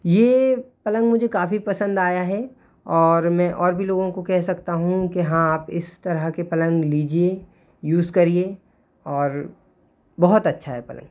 ये पलंग मुझे काफ़ी पसंद आया है और मैं और भी लोगों को कह सकता हूँ कि हाँ आप इस तरह के पलंग लीजिए यूज़ करिए और बहुत अच्छा है पलंग